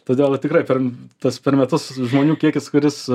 todėl tikrai per tas per metus žmonių kiekis kuris